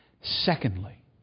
Secondly